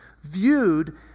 viewed